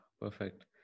perfect